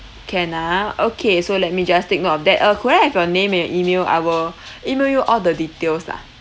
can ah okay so let me just take note of that uh could I have your name and email I will email you all the details lah